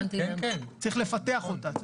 צריך לפתח אותה,